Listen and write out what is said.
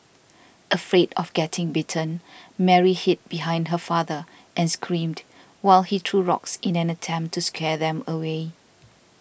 afraid of getting bitten Mary hid behind her father and screamed while he threw rocks in an attempt to scare them away